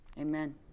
Amen